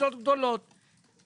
קבוצות גדולות.